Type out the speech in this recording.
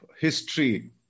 history